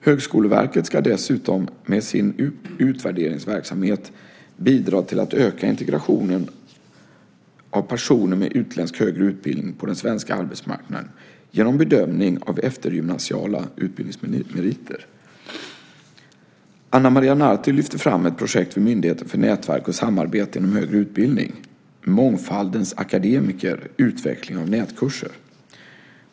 Högskoleverket ska dessutom med sin utvärderingsverksamhet bidra till att öka integrationen av personer med utländsk högre utbildning på den svenska arbetsmarknaden genom bedömning av eftergymnasiala utbildningsmeriter. Ana Maria Narti lyfter fram ett projekt vid Myndigheten för nätverk och samarbete inom högre utbildning: Mångfaldens akademiker - utveckling av nätkurser.